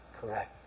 correct